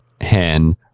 Hen